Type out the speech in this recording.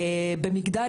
במגדר,